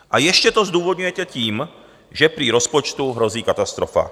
A ještě to zdůvodňujete tím, že prý rozpočtu hrozí katastrofa.